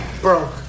Broke